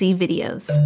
videos